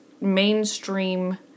mainstream